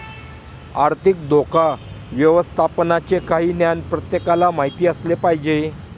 आर्थिक धोका व्यवस्थापनाचे काही ज्ञान प्रत्येकाला माहित असले पाहिजे